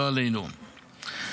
לא עלינו,